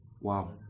Wow